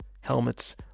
helmets